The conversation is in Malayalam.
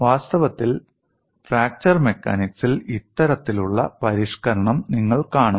വാസ്തവത്തിൽ ഫ്രാക്ചർ മെക്കാനിക്സിൽ ഇത്തരത്തിലുള്ള പരിഷ്ക്കരണം നിങ്ങൾ കാണും